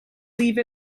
leave